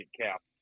cap